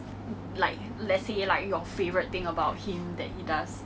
and I also like that he thinks about others first